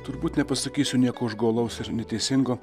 turbūt nepasakysiu nieko užgaulaus ir neteisingo